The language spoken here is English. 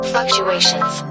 Fluctuations